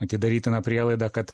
matyt darytina prielaida kad